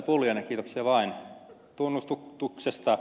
pulliainen kiitoksia vain tunnustuksesta